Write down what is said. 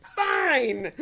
fine